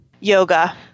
Yoga